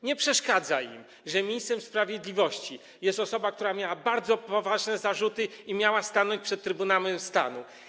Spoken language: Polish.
Nie przeszkadza im, że ministrem sprawiedliwości jest osoba, która miała bardzo poważne zarzuty i miała stanąć przed Trybunałem Stanu.